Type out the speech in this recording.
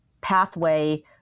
pathway